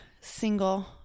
single